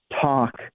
talk